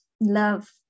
Love